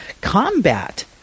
combat